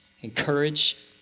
Encourage